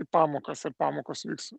į pamokas ir pamokos vyks